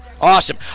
awesome